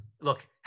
look